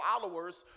followers